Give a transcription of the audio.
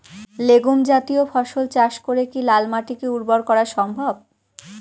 Legume জাতীয় ফসল চাষ করে কি লাল মাটিকে উর্বর করা সম্ভব?